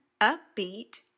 upbeat